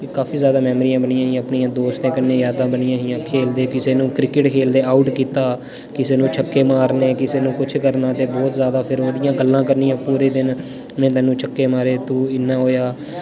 काफी ज़्यादा मैमरियां बनियां हियां अपनियां दोस्तें कन्नै यादां बनियां हियां खेलदे किसे नू क्रिकेट खेलदे आउट कीता किसे नू छक्के मारने किसे नू कुछ करना ते बोह्त ज़्यादा फिर ओह्दियां गल्लां करनियां पुरे दिन में तैनु छक्के मारे तूं इन्ना होएया